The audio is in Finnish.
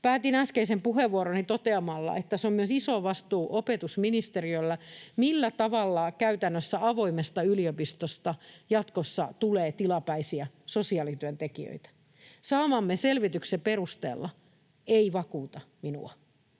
Päätin äskeisen puheenvuoroni toteamalla, että tässä on iso vastuu myös opetusministeriöllä siinä, millä tavalla käytännössä avoimesta yliopistosta jatkossa tulee tilapäisiä sosiaalityöntekijöitä. Saamamme selvityksen perusteella tämä ei vakuuta minua.